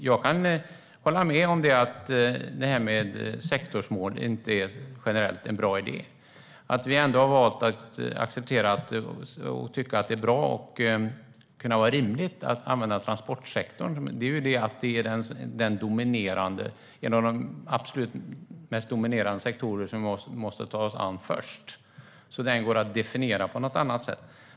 Jag kan hålla med om att sektorsmål generellt inte är en bra idé. Att vi ändå har valt att acceptera det och tycker att det är bra och rimligt att använda transportsektorn beror på att det är en av de absolut mest dominerande sektorerna som vi måste ta oss an först, så att den går att definiera på något annat sätt.